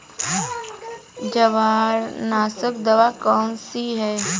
जवारनाशक दवा कौन सी है?